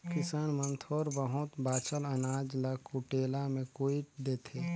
किसान मन थोर बहुत बाचल अनाज ल कुटेला मे कुइट देथे